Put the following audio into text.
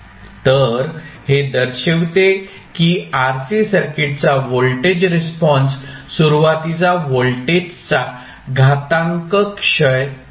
तर हे दर्शविते की RC सर्किटचा व्होल्टेज रिस्पॉन्स सुरुवातीचा व्होल्टेजचा घातांक क्षय आहे